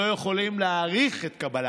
אתם יכולים לעשות אותן